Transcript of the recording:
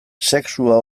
sexua